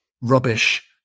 rubbish